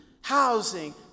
housing